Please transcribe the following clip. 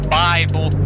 bible